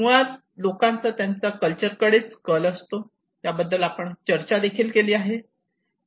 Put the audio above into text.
मुळात लोकांचा त्यांच्या कल्चर कडेच कल असतो याबद्दल आपण चर्चा केली आहे